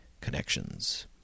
Connections